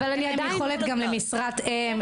אין להן יכולת למשרת אם,